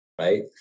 right